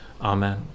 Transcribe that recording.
amen